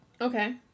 Okay